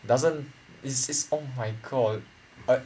it doesn't it's it's oh my god